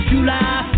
July